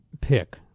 pick